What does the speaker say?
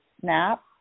SNAP